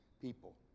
people